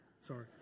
Sorry